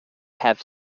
have